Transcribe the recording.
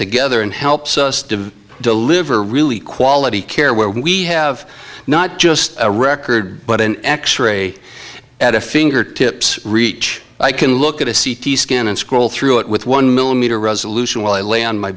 together and helps us do deliver really quality care where we have not just a record but an x ray at a fingertips reach i can look at a c t scan and scroll through it with one millimeter resolution while i lay on my